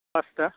pasta